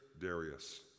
Darius